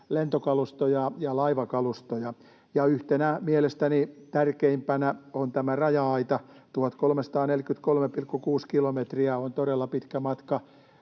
lentokalustoja ja laivakalustoja. Yhtenä mielestäni tärkeimpänä on tämä raja-aita: 1 343,6 kilometriä on todella pitkä matka